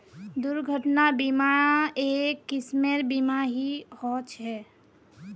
दुर्घटना बीमा, एक किस्मेर बीमा ही ह छे